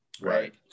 Right